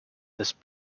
this